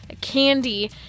candy